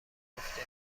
افته